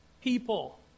people